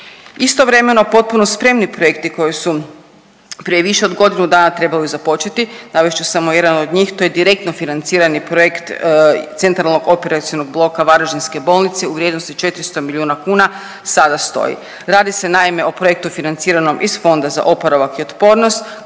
Istovremeno potpuno spremni projekti koji su prije više od godinu dana trebali započeti, navest ću samo jedan od njih to je direktno financirani projekt Centralnog operacionog bloka varaždinske bolnice u vrijednosti 400 milijuna kuna. Radi se naime o projektu financiranom iz Fonda za oporavak i otpornost